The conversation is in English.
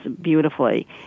beautifully